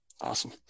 Awesome